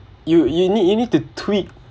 you you need you need to tweak